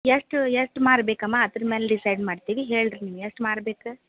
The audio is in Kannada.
ಎಷ್ಟು ಎಷ್ಟು ಮಾರು ಬೇಕಮ್ಮ ಅದ್ರ ಮ್ಯಾಲೆ ಡಿಸೈಡ್ ಮಾಡ್ತೀವಿ ಹೇಳಿ ರೀ ನೀವು ಎಷ್ಟು ಮಾರು ಬೇಕು